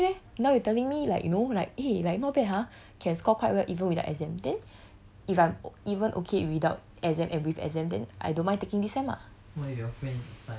that's a different thing already leh now you telling me like you know like eh like no bad !huh! can score quite well even without exam then if I'm even okay without exam and with exam then I don't mind taking this sem lah